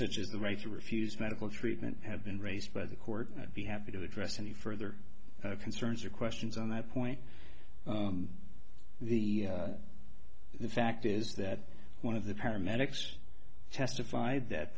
such as the right to refuse medical treatment have been raised by the court and be happy to address any further concerns or questions on that point the the fact is that one of the paramedics testified that